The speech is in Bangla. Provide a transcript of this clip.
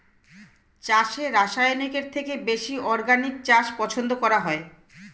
চাষে রাসায়নিকের থেকে বেশি অর্গানিক চাষ পছন্দ করা হয়